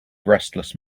restless